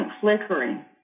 flickering